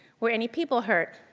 were any people hurt?